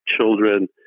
children